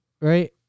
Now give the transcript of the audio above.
right